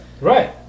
Right